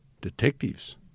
detectives